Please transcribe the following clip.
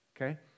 okay